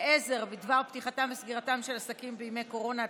עזר בדבר פתיחתם וסגירתם של עסקים בימי מנוחה),